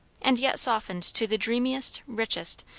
and yet softened to the dreamiest, richest,